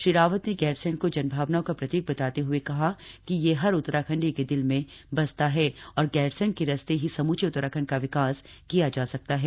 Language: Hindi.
श्री रावत ने गैरसैंण को जनभावनाओं का प्रतीक बताते हुए कहा कि यहां हर उत्तराखंडी के दिल में बसता है और गैरसेंण के रास्ते ही समूचे उत्तराखण्ड का विकास किया जा सकता है